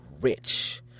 rich